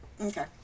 okay